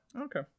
Okay